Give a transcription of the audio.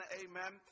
amen